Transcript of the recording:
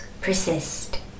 persist